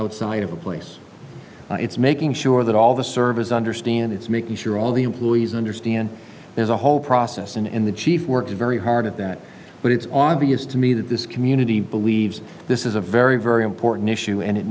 outside of a place it's making sure that all the services understand it's making sure all the employees understand there's a whole process in and the chief worked very hard at that but it's obvious to me that this community believes this is a very very important issue and it